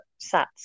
SATs